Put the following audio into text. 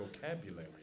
vocabulary